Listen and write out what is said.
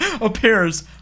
appears